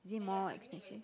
is it more expensive